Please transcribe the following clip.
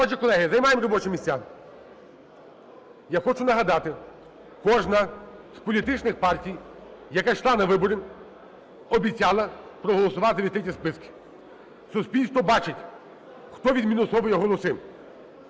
Отже, колеги, займаємо робочі місця. Я хочу нагадати, кожна з політичних партій, яка йшла на вибори, обіцяла проголосувати за відкриті списки. Суспільство бачить, хто відмінусовує голоси.